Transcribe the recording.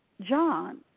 John